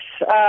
yes